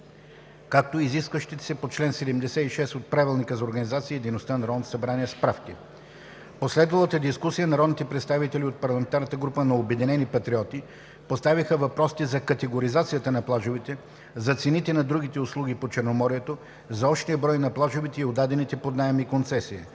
както и изискващите се по чл. 76 от Правилника за организацията и дейността на Народното събрание справки. В последвалата дискусия народните представители от парламентарната група на „Обединени патриоти“ поставиха въпросите за категоризацията на плажовете, за цените на другите услуги по Черноморието, за общия брой на плажовете и отдадените под наем и концесия;